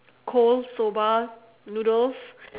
cold soba noodles